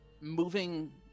moving